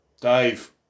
Dave